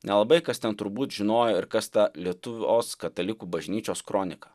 nelabai kas ten turbūt žinojo ir kas ta lietuvos katalikų bažnyčios kronika